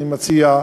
אני מציע,